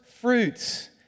fruits